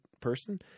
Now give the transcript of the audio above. person